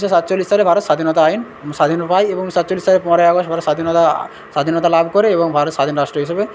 ঊনিশশো সাতচল্লিশ সালে ভারত স্বাধীনতা আইন স্বাধীন পায় এবং সাতচল্লিশ সালে পনেরোই আগস্ট ভারত স্বাধীনতা আ স্বাধীনতা লাভ করে এবং ভারত স্বাধীন রাষ্ট্র হিসাবে